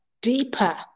deeper